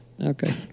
Okay